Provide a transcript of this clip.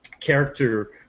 character